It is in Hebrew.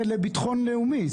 לביטחון לאומי,